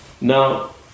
Now